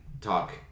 talk